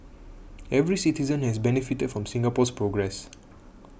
every citizen has benefited from Singapore's progress